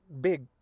big